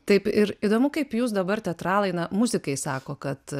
taip ir įdomu kaip jūs dabar teatralai na muzikai sako kad